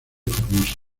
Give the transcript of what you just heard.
formosa